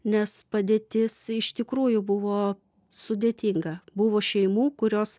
nes padėtis iš tikrųjų buvo sudėtinga buvo šeimų kurios